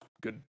Good